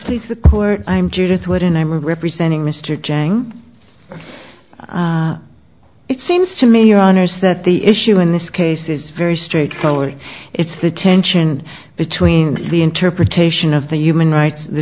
please the court i'm judith wood and i'm representing mr jang it seems to me your honour's that the issue in this case is very straightforward it's the tension between the interpretation of the human rights the